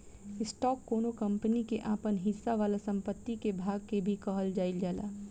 stock कौनो company के आपन हिस्सा वाला संपत्ति के भाग के भी कहल जाइल जाला